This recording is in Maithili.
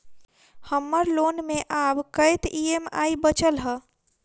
हम्मर लोन मे आब कैत ई.एम.आई बचल ह?